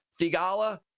Thigala